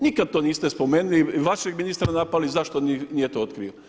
Nikad to niste spomenuli i vašeg ministra napali zašto nije to otkrio.